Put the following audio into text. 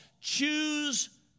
Choose